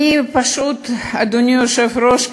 אדוני היושב-ראש,